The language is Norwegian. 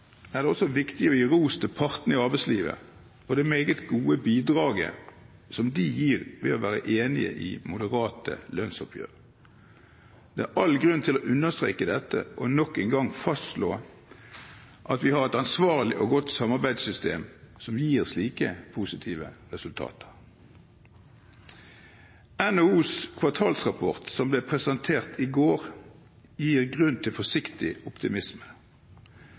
er det også viktig å gi ros til partene i arbeidslivet og det meget gode bidraget som de gir ved å være enige i moderate lønnsoppgjør. Det er all grunn til å understreke dette og nok en gang fastslå at vi har et ansvarlig og godt samarbeidssystem som gir slike positive resultater. NHOs kvartalsrapport som ble presentert i går, gir grunn til forsiktig optimisme.